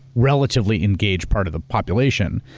relatively engaged, part of the population.